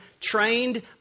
trained